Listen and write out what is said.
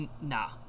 nah